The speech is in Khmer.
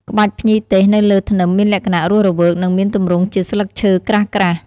ក្បាច់ភ្ញីទេសនៅលើធ្នឹមមានលក្ខណៈរស់រវើក និងមានទម្រង់ជាស្លឹកឈើក្រាស់ៗ។